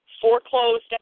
foreclosed